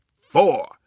four